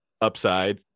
upside